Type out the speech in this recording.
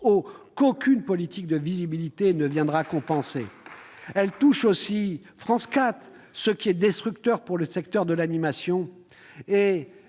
qu'aucune politique de visibilité ne viendra compenser ! France 4 aussi est touchée, ce qui est destructeur pour le secteur de l'animation.